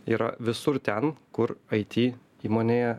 yra visur ten kur aiti įmonėje